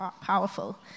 powerful